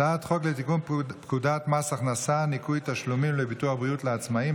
הצעת חוק לתיקון פקודת מס הכנסה (ניכוי תשלומים לביטוח בריאות לעצמאים),